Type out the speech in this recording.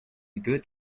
good